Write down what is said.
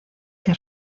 que